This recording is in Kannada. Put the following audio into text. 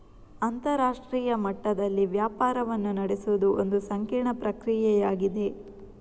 ಅಂತರರಾಷ್ಟ್ರೀಯ ಮಟ್ಟದಲ್ಲಿ ವ್ಯಾಪಾರವನ್ನು ನಡೆಸುವುದು ಒಂದು ಸಂಕೀರ್ಣ ಪ್ರಕ್ರಿಯೆಯಾಗಿದೆ